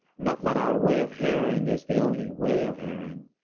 not that our way of hearing is the only way of hearing.